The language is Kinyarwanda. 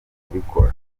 kubikora